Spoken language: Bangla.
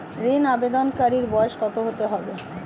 ঋন আবেদনকারী বয়স কত হতে হবে?